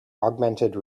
augmented